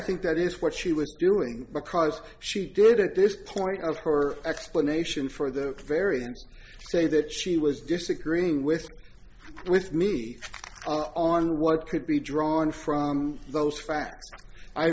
think that is what she was doing because she did at this point of her explanation for the variance say that she was disagreeing with with me on what could be drawn from those facts i